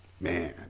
man